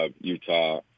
Utah